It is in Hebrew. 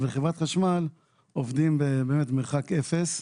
אבל חברת חשמל עובדים באמת במרחק אפס,